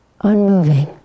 unmoving